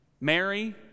Mary